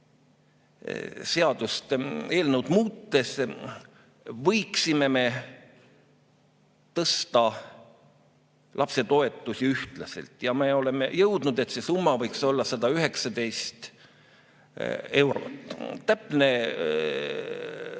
seaduseelnõu muutes võiksime me tõsta lapsetoetusi ühtlaselt. Ja me oleme jõudnud [selleni], et see summa võiks olla 119 eurot. Täpne